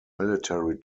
military